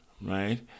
right